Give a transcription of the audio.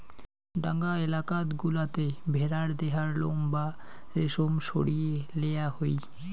ঠান্ডা এলাকাত গুলাতে ভেড়ার দেহার লোম বা রেশম সরিয়ে লেয়া হই